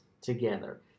together